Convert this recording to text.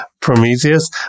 Prometheus